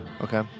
okay